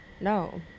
No